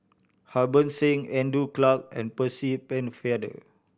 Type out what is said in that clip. Harbans Singh Andrew Clarke and Percy Pennefather